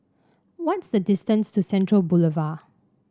what's the distance to Central Boulevard